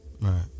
Right